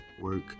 work